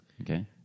Okay